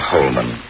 Holman